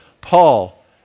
Paul